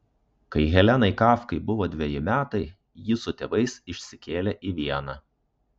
kai helenai kafkai buvo dveji metai ji su tėvais išsikėlė į vieną